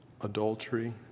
adultery